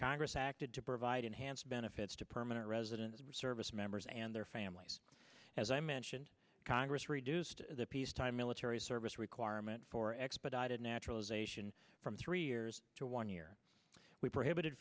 congress acted to i didn't hands benefits to permanent residents were service members and their families as i mentioned congress reduced the peacetime military service requirement for expedited naturalization from three years to one year we prohibited